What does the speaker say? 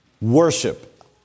worship